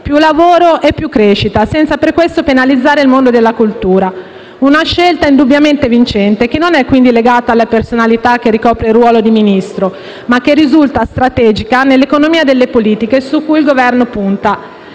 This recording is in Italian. più lavoro e più crescita, senza per questo penalizzare il mondo della cultura. Una scelta indubbiamente vincente, che non è quindi legata alla personalità che ricopre il ruolo di Ministro, ma che risulta strategica nell'economia delle politiche su cui il Governo punta.